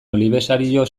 olibesario